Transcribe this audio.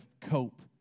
cope